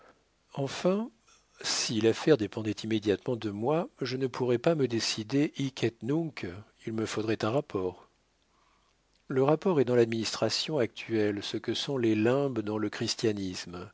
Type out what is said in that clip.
enfin si l'affaire dépendait immédiatement de moi je ne pourrais pas me décider hic et nunc il me faudrait un rapport le rapport est dans l'administration actuelle ce que sont les limbes dans le christianisme